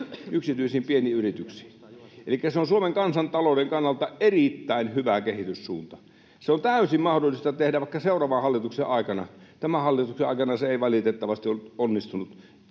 yksityisiin pieniin yrityksiin. Elikkä se on Suomen kansantalouden kannalta erittäin hyvä kehityssuunta. Se on täysin mahdollista tehdä vaikka seuraavan hallituksen aikana. Tämän hallituksen aikana se ei valitettavasti onnistunut